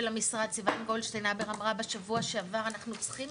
המשרד סיון גולדשטיין אמרה בשבוע שעבר אנחנו צריכים